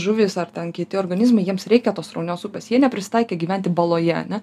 žuvys ar kiti organizmai jiems reikia tos sraunios upės jie neprisitaikę gyventi baloje ane